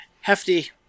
hefty